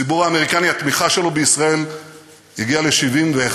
הציבור האמריקני, התמיכה שלו בישראל הגיעה ל-71%.